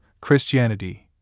Christianity